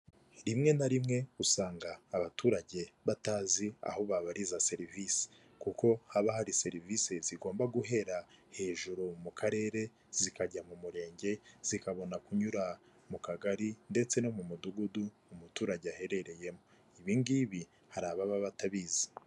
Rimwe na rimwe usanga abaturage batazi aho babariza serivisi kuko haba hari serivisi zigomba guhera hejuru mu Karere, zikajya mu Murenge, zikabona kunyura mu Kagari ndetse no mu Mudugudu umuturage aherereyemo. Ibi ngibi hari ababa batabizi.